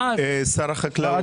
סליחה, שר החקלאות, עוד